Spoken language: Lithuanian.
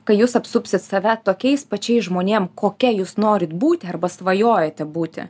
kai jūs apsupsit save tokiais pačiais žmonėm kokia jūs norit būti arba svajojate būti